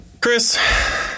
Chris